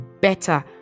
better